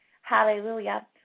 hallelujah